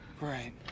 Right